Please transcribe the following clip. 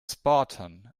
spartan